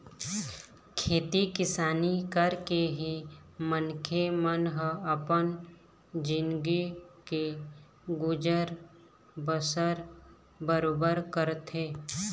खेती किसानी करके ही मनखे मन ह अपन जिनगी के गुजर बसर बरोबर करथे